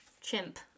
Chimp